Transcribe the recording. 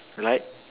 like